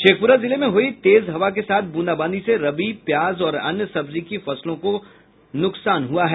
शेखपुरा जिले में हुई तेज हवा के साथ ब्रंदाबांदी से रबी प्याज और अन्य सब्जी की फसल को भी नूकसान हुआ है